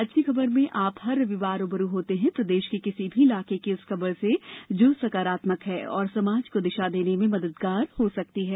अच्छी खबर में आप हर रविवार रू ब रू होते हैं प्रदेश के किसी भी इलाके की उस खबर से जो सकारात्मक है और समाज को दिशा देने में मददगार हो सकती है